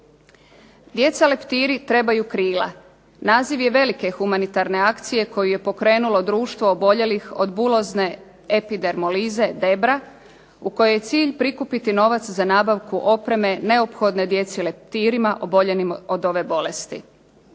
Djeca leptiri trebaju krila naziv je velike humanitarne akcije koju je pokrenulo društvo oboljelih od bulozne epidermolize Debra u kojoj je cilj prikupiti novac za nabavku opreme neophodne djeci leptirima oboljelim od ove bolesti.